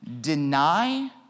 Deny